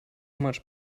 much